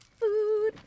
Food